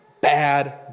bad